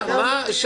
סבתו,